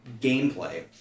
gameplay